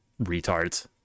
retards